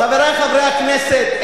חברי חברי הכנסת,